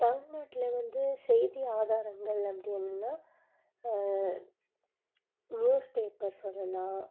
தமிழ்நாட்டுல வந்து செய்தி ஆதாரங்கள் அப்படின்னா நியூஸ் பேப்பர் சொல்லலாம்